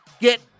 get